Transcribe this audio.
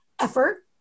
effort